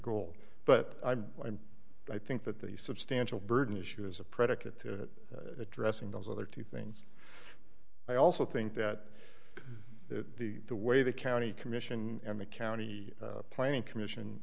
goal but i'm i'm i think that the substantial burden issue is a predicate to addressing those other two things i also think that the way the county commission and the county planning commission